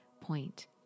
point